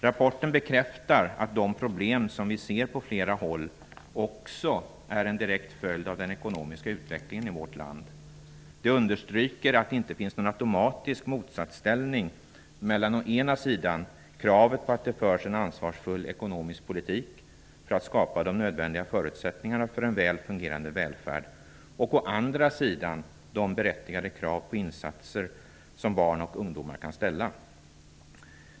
Rapporten bekräftar att de problem som vi ser på flera håll också är en direkt följd av den ekonomiska utvecklingen i vårt land. Den understryker att det inte finns någon automatisk motsatsställning mellan å ena sidan kravet på att det förs en ansvarsfull ekonomisk politik för att skapa de nödvändiga förutsättningarna för en väl fungerande välfärd och å andra sidan de berättigade krav på insatser som våra barn och ungdomar kan ställa.